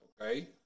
okay